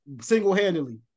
single-handedly